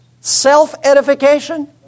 Self-edification